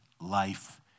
life